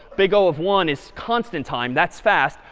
big o of one is constant time. that's fast.